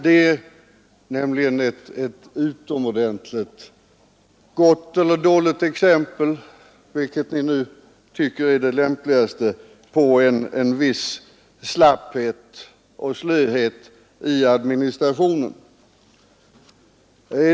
Det är nämligen ett utomordentligt gott eller dåligt exempel — vilket ord ni nu tycker är det lämpligaste — på en viss slapphet och slöhet i administrationen.